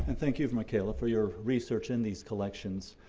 and thank you, micaela, for your research in these collections.